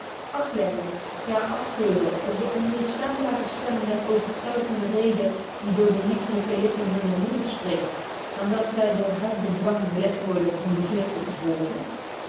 afleggen ja afkeuren op de onweerstaanbare stem der overtuigende reden die door de liefelyke lippen hunner moeder spreekt dan dat zy door harden dwang belet worden hunne begeerte te volgen